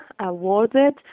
awarded